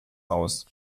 aus